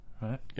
right